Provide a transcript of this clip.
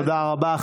תודה רבה.